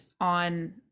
on